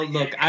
Look